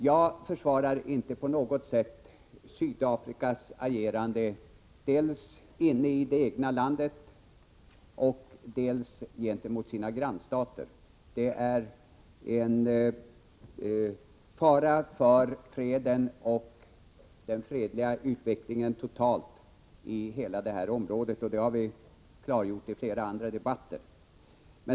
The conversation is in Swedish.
Jag försvarar inte på något sätt Sydafrikas agerande dels inne i det egna landet, dels gentemot sina grannstater. Det är en fara för freden och den fredliga utvecklingen totalt i hela det här området — och det har vi klargjort i flera andra debatter.